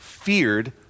feared